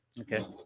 okay